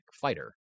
fighter